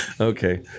Okay